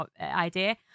idea